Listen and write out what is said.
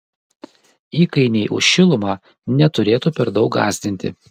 įkainiai už šilumą neturėtų per daug gąsdinti